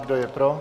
Kdo je pro?